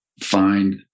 find